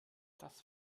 das